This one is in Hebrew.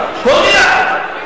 כל דירה.